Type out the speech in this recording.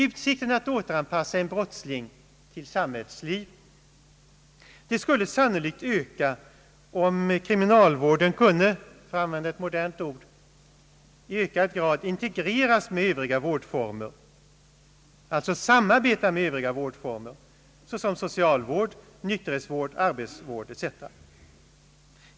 Utsikten att återinpassa en brottsling till normalt samhällsliv skulle sannolikt öka, om kriminalvården kunde, för att använda ett modernt ord, i högre grad integreras med övriga vårdformer, alltså samarbeta med övriga vårdformer, såsom socialvård, nykterhetsvård och arbetsvård.